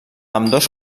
ambdós